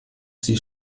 sie